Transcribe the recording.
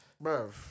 bro